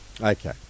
Okay